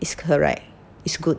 is correct is good